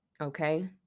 okay